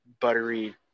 buttery